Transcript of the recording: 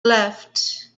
left